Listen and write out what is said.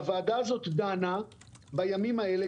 הוועדה הזאת דנה בימים האלה,